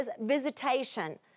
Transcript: visitation